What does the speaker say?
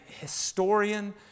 historian